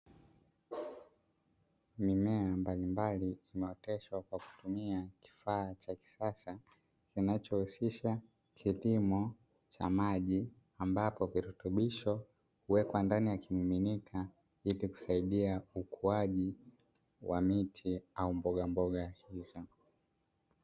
Mimea mbalimbali inayooteshwa kwa kutumia kifaa cha kisasa kinachohusisha kilimo cha maji, ambapo virutubisho huwekewa ndani ya kimiminika ili kusaidia ukuaji wa miti au mbogamboga hizo.